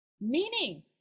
meaning